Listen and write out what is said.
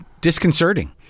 disconcerting